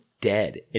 dead